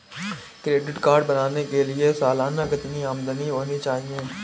Credit card बनाने के लिए सालाना कितनी आमदनी होनी चाहिए?